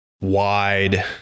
wide